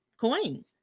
coin